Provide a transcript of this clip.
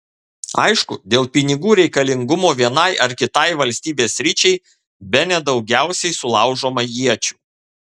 aišku dėl pinigų reikalingumo vienai ar kitai valstybės sričiai bene daugiausiai sulaužoma iečių